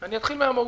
אתחיל מהמהות.